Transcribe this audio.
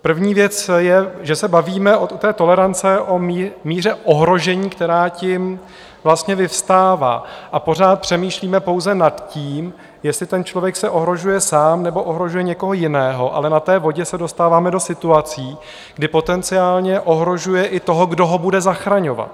První věc je, že se bavíme u té tolerance o míře ohrožení, která tím vlastně vyvstává, a pořád přemýšlíme pouze nad tím, jestli ten člověk se ohrožuje sám, nebo ohrožuje někoho jiného, ale na té vodě se dostáváme do situací, kdy potenciálně ohrožuje i toho, kdo ho bude zachraňovat.